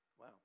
Wow